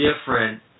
different